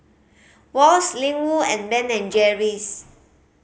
Wall's Ling Wu and Ben and Jerry's